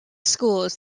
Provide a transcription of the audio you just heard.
schools